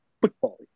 football